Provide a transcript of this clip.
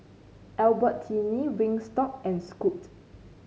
Albertini Wingstop and Scoot